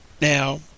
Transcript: Now